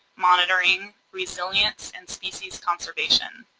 monitoring, resilience and species conservation.